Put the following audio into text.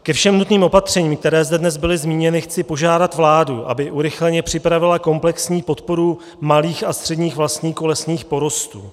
Ke všem nutným opatřením, která zde dnes byla zmíněna, chci požádat vládu, aby urychleně připravila komplexní podporu malých a středních vlastníků lesních porostů.